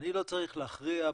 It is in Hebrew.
לא צריך להכריע בשאלה,